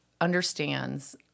understands